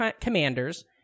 Commanders